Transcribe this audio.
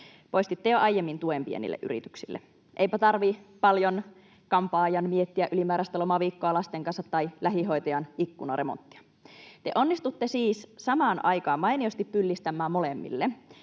Poistitte jo aiemmin tuen pienille yrityksille. Eipä tarvitse paljon kampaajan miettiä ylimääräistä lomaviikkoa lasten kanssa tai lähihoitajan ikkunaremonttia. Te onnistutte siis samaan aikaan mainiosti pyllistämään molemmille,